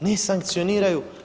Ne sankcioniraju.